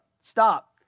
Stop